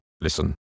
Listen